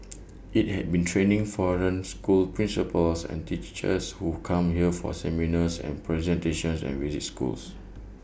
IT has been training foreign school principals and teachers who come here for seminars and presentations and visit schools